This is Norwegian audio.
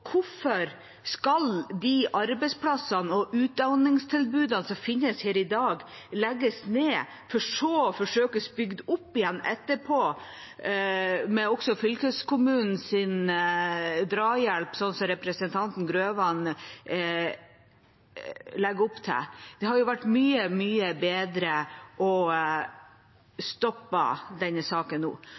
hvorfor skal de arbeidsplassene og utdanningstilbudene som finnes der i dag, legges ned, for så å forsøkes bygd opp igjen etterpå, også med fylkeskommunens drahjelp, sånn som representanten Grøvan legger opp til? Det hadde jo vært mye, mye bedre å stoppe denne saken nå.